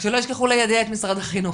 רק שלא ישכחו ליידע את משרד החינוך...